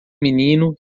menino